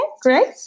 great